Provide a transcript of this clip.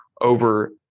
over